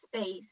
space